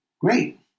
Great